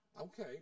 Okay